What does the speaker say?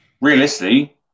Realistically